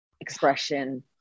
expression